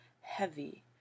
heavy